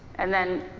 and then,